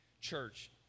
church